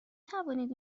توانید